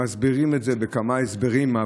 מסבירים את זה בכמה הסברים,